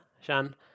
Shan